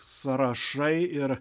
sąrašai ir